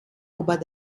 über